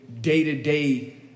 day-to-day